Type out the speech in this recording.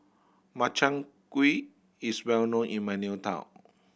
Makchang Gui is well known in my new town